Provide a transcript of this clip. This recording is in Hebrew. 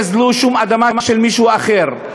לא גזלו שום אדמה של מישהו אחר,